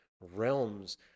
realms